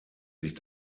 sich